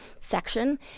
section